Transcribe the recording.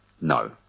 No